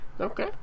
Okay